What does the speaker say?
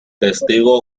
testigo